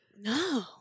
No